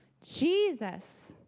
Jesus